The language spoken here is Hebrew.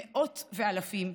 מאות ואלפים,